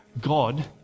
God